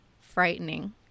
frightening